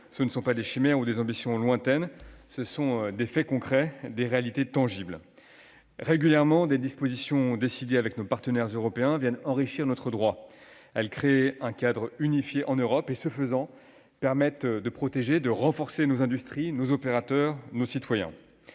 sont non pas des chimères ou des ambitions lointaines, mais des faits et des réalités tangibles. Régulièrement, des dispositions décidées avec nos partenaires européens viennent enrichir notre droit. Elles créent un cadre unifié en Europe et, ce faisant, permettent de protéger et de renforcer nos industries, nos opérateurs et nos citoyens.